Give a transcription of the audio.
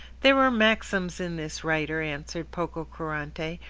there are maxims in this writer, answered pococurante,